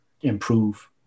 improve